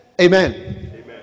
amen